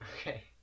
Okay